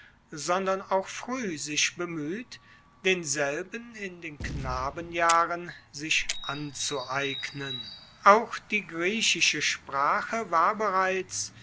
sondern auch frueh sich bemueht denselben in den knabenjahren sich anzueignen auch die griechische sprache war bereits